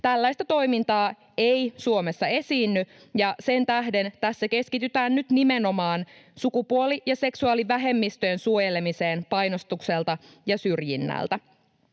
Tällaista toimintaa ei Suomessa esiinny, ja sen tähden tässä keskitytään nyt nimenomaan sukupuoli- ja seksuaalivähemmistöjen suojelemiseen painostukselta ja syrjinnältä.